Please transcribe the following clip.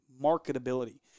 marketability